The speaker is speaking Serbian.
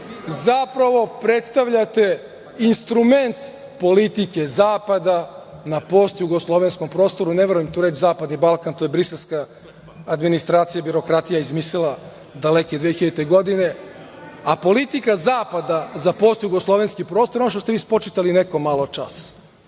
zapravo predstavljate instrument politike zapada na postjugoslovenskom prostoru. Ne volim tu reč zapadni Balkan. To je briselska administracija i birokratija izmislila daleke 2000. godine, a politika zapada za postjugoslovenski prostor, ono što ste vi spočitali nekom maločas,